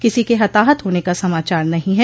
किसी के हताहत होने का समाचार नहीं है